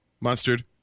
Mustard